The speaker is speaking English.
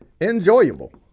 enjoyable